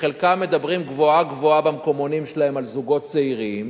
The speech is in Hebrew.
שחלקם מדברים גבוהה-גבוהה במקומונים שלהם על זוגות צעירים,